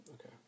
Okay